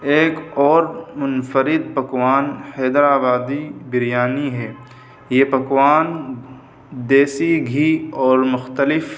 ایک اور منفرد پکوان حیدرآبادی بریانی ہے یہ پکوان دیسی گھی اور مختلف